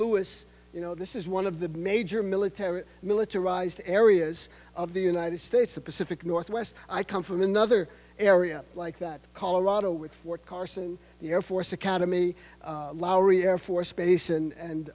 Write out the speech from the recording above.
lewis you know this is one of the major military militarized areas of the united states the pacific northwest i come from another area like that colorado with fort carson the air force academy lowry air force base and